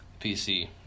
PC